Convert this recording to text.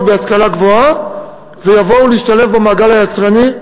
במוסדות להשכלה גבוהה ויבואו להשתלב במעגל היצרני,